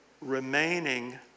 remaining